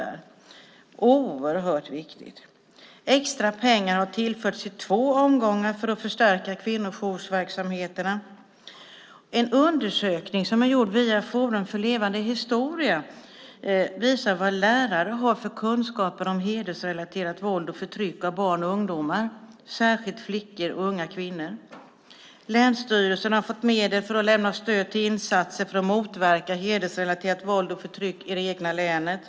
Det är oerhört viktigt. Extra pengar har tillförts i två omgångar för att förstärka kvinnojoursverksamheterna. En undersökning som har gjorts via Forum för levande historia visar vilka kunskaper lärare har om hedersrelaterat våld och förtryck av barn och ungdomar, särskilt flickor och unga kvinnor. Länsstyrelserna har fått medel för att lämna stöd till insatser för att motverka hedersrelaterat våld och förtryck i det egna länet.